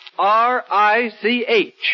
R-I-C-H